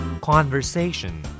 Conversation